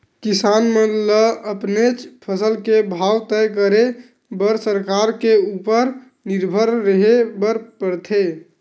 किसान मन ल अपनेच फसल के भाव तय करे बर सरकार के उपर निरभर रेहे बर परथे